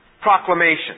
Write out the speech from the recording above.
proclamation